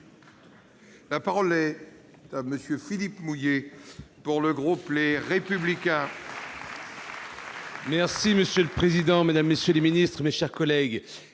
La parole est à M. Philippe Mouiller, pour le groupe Les Républicains.